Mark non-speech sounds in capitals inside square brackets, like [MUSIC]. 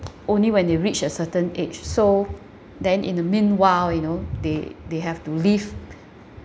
only when they reach a certain age so then in the meanwhile you know they they have to live [BREATH]